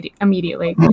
immediately